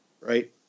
right